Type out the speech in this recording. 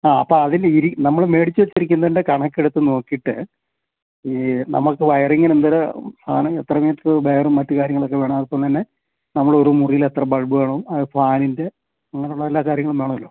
ആ അപ്പോള് നമ്മള് വാങ്ങിച്ചുവച്ചിരിക്കുന്നതിൻ്റെ കണക്കെടുത്ത് നോക്കിയിട്ട് നമ്മള്ക്ക് വയറിങ്ങിന് എന്തോരം ആണ് എത്ര മീറ്റര് വയറും മറ്റു കാര്യങ്ങളുമൊക്കെ വേണം അതൊക്കൊന്നെന്നേ നമ്മള് ഒരു മുറിയിലെത്ര ബൾബ് വേണം അത് ഫാനിൻ്റെ അങ്ങനെയുള്ള എല്ലാ കാര്യങ്ങളും വേണമല്ലോ